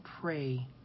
pray